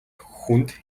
хүнд